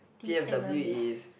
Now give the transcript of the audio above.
t_f_w is